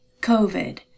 COVID